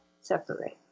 separate